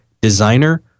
designer